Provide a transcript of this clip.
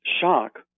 shock